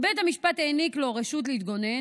אם בית המשפט העניק לו רשות להתגונן,